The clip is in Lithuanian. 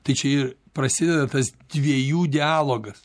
tai čia ir prasideda tas dviejų dialogas